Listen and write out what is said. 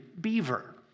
beaver